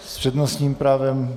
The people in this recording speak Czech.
S přednostním právem...